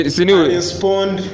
respond